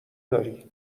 داری